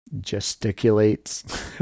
gesticulates